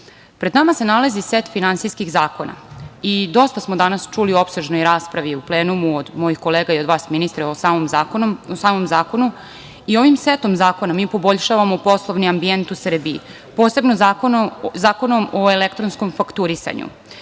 pred nama se nalazi set finansijskih zakona. Dosta smo danas čuli u opsežnoj raspravi u plenumu od mojih kolega i od vas, ministre, o samom zakonu. Ovim setom zakona mi poboljšavamo poslovni ambijent u Srbiji, posebno Zakonom o elektronskom fakturisanju. Kao